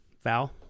Val